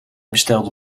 bestelde